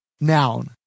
Noun